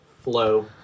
Flow